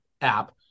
app